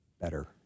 better